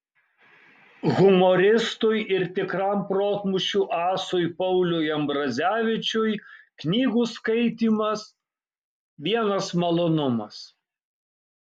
humoristui ir tikram protmūšių asui pauliui ambrazevičiui knygų skaitymas vienas malonumas